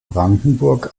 brandenburg